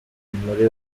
muri